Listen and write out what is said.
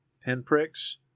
pinpricks